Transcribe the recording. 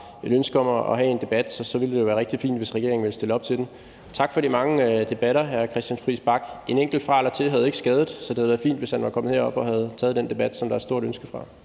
et ønske om at have en debat, vil det være rigtig fint, hvis regeringen vil stille op til den. Tak for de mange debatter, hr. Christian Friis Bach. En enkelt til havde ikke skadet, så det havde været fint, hvis han var kommet herop og havde taget den debat, som der er et stort ønske fra